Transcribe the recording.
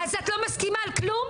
אז את לא מסכימה על כלום?